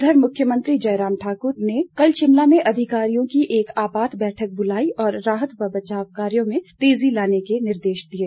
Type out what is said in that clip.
इधर मुख्यमंत्री जयराम ठाकुर ने कल शिमला में अधिकारियों की एक आपात बैठक बुलाई और राहत व बचाव कार्यों में तेजी लाने के निर्देश दिये